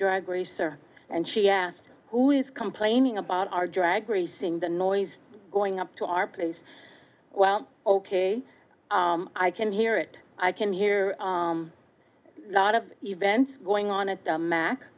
drug racer and she asks who is complaining about our drag racing the noise going up to our place well ok i can hear it i can hear a lot of events going on at the mac